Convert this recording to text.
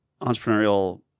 entrepreneurial